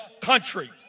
country